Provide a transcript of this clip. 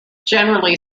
generally